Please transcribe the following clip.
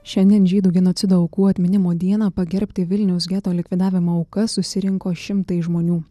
šiandien žydų genocido aukų atminimo dieną pagerbti vilniaus geto likvidavimo aukas susirinko šimtai žmonių